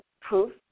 proof